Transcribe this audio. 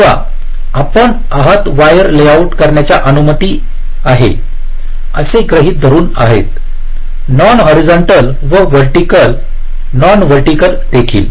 तेव्हा आपण आहेत वायर लेआउट करण्याची अनुमती आहे असे गृहीत धरून आहेत नॉन हॉरिझंटल व व्हर्टीकल नॉन व्हर्टीकल देखील